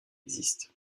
existent